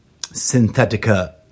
Synthetica